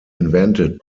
invented